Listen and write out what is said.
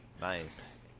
Nice